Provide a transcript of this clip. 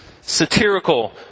satirical